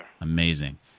Amazing